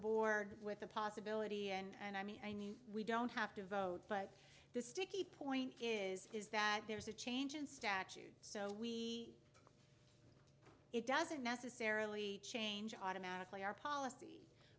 board with the possibility and i mean i knew we don't have to vote but the sticky point is is that there's a change in statute so we it doesn't necessarily change automatically our polic